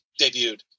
debuted